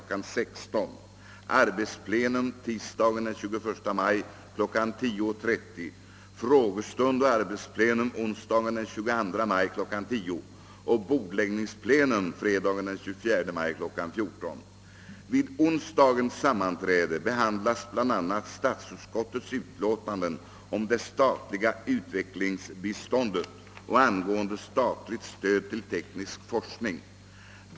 16.00, arbetsplenum tisdagen den 21 maj kl. 10.30, frågestund och arbetsplenum onsdagen den 22 maj kl. 10.00 och bordläggningsplenum fredagen den 24 maj kl. 14.00. Vid onsdagens sammanträde behandlas bland annat statsutskottets utlåtanden om det statliga utvecklingsbiståndet och angående statligt stöd till teknisk forskning.